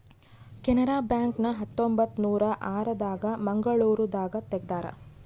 Canara bank ನ ಹತ್ತೊಂಬತ್ತನೂರ ಆರ ದಾಗ ಮಂಗಳೂರು ದಾಗ ತೆಗ್ದಾರ